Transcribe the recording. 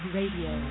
Radio